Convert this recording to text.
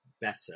better